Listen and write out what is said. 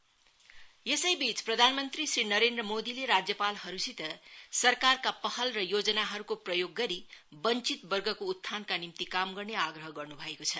PM conference यसौबीच प्रधान मंत्री श्री नरेन्द्र मोदीले राज्यपालहरूसित सरकारका पहल र योजनाहरूको प्रयोग गरी वश्वित वर्गको उत्थानका निम्कि काम गर्ने आग्रह गर्नु भएको छ